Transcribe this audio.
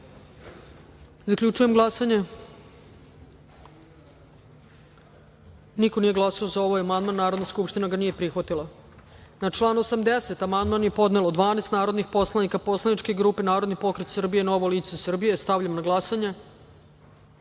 glasanje. Konstatujem da niko nije glasao za ovaj amandman i Narodna skupština ga nije prihvatila. Na član 81. amandman je podnelo 12 narodnih poslanika poslaničke grupe Narodni pokret Srbije – Novo lice Srbije. Stavljam na glasanje